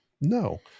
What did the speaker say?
no